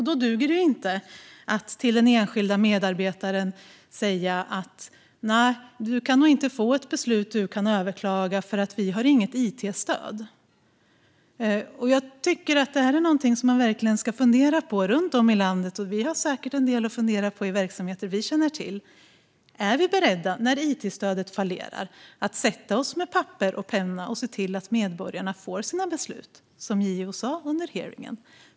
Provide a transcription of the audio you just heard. Då duger det inte att till den enskilda medborgaren säga: Du kan nog inte få ett beslut som du kan överklaga eftersom vi inte har något it-stöd. Är det någonting som man verkligen ska fundera på runt om i landet - vi har säkert en del att fundera på i verksamheter som vi känner till - är om man när it-stödet fallerar är beredd att sätta sig med papper och penna och se till att medborgarna får sina beslut, som JO sa under hearingen.